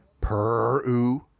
Peru